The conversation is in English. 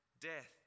death